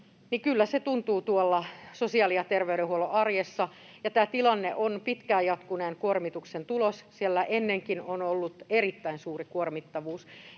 kyllä se tuntuu tuolla sosiaali‑ ja terveydenhuollon arjessa, ja tämä tilanne on pitkään jatkuneen kuormituksen tulos. Siellä ennenkin on ollut erittäin suuri kuormittavuus.